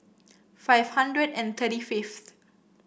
five hundred and thirty fifth